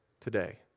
today